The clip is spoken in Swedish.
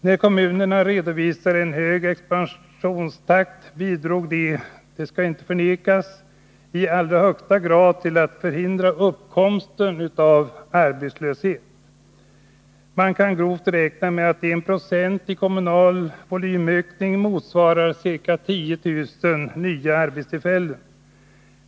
När kommunerna redovisade en hög expansionstakt bidrog de — det skall inte förnekas — i allra högsta grad till att förhindra uppkomsten av arbetslöshet. Man kan grovt räknat säga att 1 26 i kommunal volymökning motsvarar ca 10 000 nya arbetstillfällen.